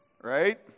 Right